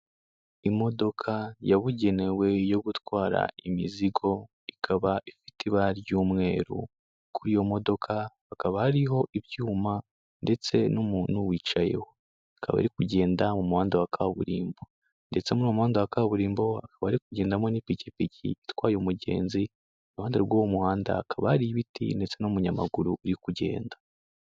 Imodoka yabugenewe yo gutwara imizigo ikaba ifite ibara ry'umweru, kuri iyo modoka hakaba hariho ibyuma ndetse n'umuntu wicayeho, akaba iri kugenda mu muhanda wa kaburimbo ndetse muri uwo muhanda wa kaburimbo akaba ari kugendamo n'ipikipiki itwaye umugenzi, iruhande rw'uwo muhanda hakaba ari ibiti ndetse n'umunyamaguru uri kugenda.